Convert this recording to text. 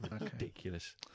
Ridiculous